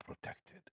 protected